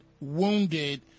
wounded